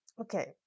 Okay